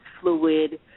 fluid